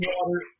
water